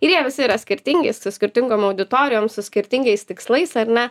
ir jie visi yra skirtingi su skirtingom auditorijom su skirtingais tikslais ar ne